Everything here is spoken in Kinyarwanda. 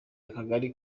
akagari